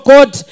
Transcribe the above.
God